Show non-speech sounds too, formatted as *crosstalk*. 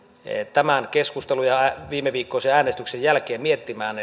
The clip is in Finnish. tämän keskustelun ja viimeviikkoisen äänestyksen jälkeen miettimään *unintelligible*